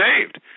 saved